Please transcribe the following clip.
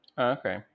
okay